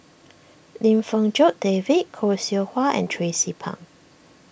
Lim Fong Jock David Khoo Seow Hwa and Tracie Pang